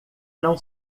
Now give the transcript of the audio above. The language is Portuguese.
não